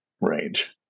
range